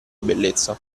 bellezza